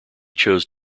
chose